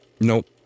Nope